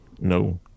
No